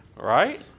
right